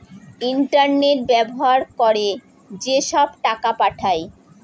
internet ব্যবহার করে যেসব টাকা পাঠায়